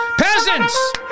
peasants